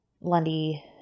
Lundy